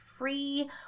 Free